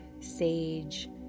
sage